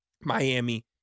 Miami